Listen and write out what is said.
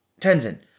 Tenzin